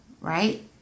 right